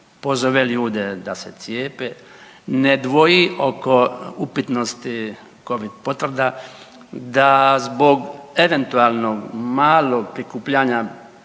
pozove ljude da se cijepe, ne dvoji oko upitnosti Covid potvrda, da zbog eventualno malo prikupljanja